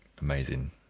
amazing